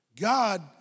God